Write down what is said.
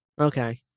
Okay